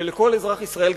ולכל אזרח ישראל,